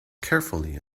carefully